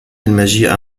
المجيء